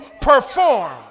perform